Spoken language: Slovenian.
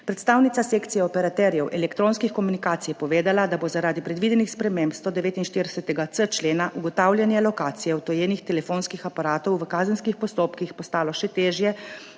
Predstavnica Sekcije operaterjev elektronskih komunikacij je povedala, da bo zaradi predvidenih sprememb 149.c člena ugotavljanje lokacije odtujenih telefonskih aparatov v kazenskih postopkih postalo še težje